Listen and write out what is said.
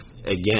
Again